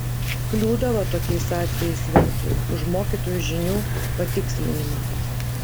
kliūdavo tokiais atvejais vincui už mokytojų žinių patikslinimą